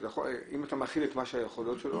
אם אתה מחיל את היכולות שלו,